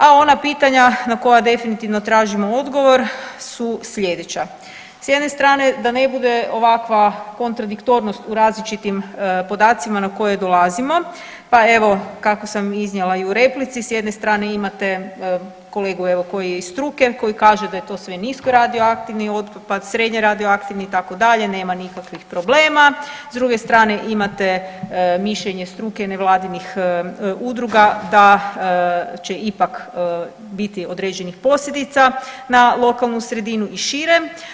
A ona pitanja na koja definitivno tražimo odgovor su sljedeća, s jedne strane da ne bude ovakva kontradiktornost u različitim podacima na koje dolazimo pa evo kako sam iznijela i u replici, s jedne strane imate kolegu iz struke koji kaže da je sve to nisko radioaktivni otpad, srednje radioaktivni itd. nema nikakvih problema, s druge strane imate struke nevladinih udruga da će ipak biti određenih posljedica na lokalnu sredinu i šire.